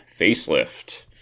facelift